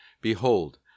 Behold